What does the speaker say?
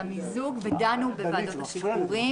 הצביעו על המיזוג ודנו בוועדת השחרורים.